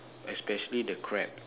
especially the crab